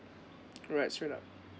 alright straight up